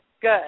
good